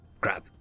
Crap